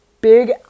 big